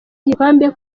igikombe